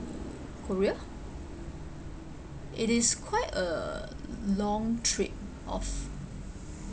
korea it is quite a long trip of